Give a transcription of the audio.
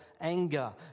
anger